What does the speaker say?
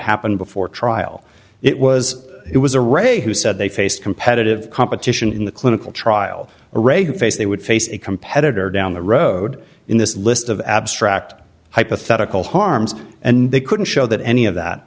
happen before trial it was it was a ray who said they faced competitive competition in the clinical trial or a face they would face a competitor down the road in this list of abstract hypothetical harms and they couldn't show that any of that